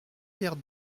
pierre